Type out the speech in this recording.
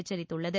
எச்சரித்துள்ளது